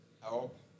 help